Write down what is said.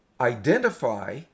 identify